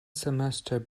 semester